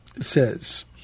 says